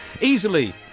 Easily